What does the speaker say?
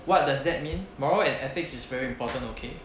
what does that mean moral and ethics is very important okay